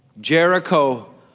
Jericho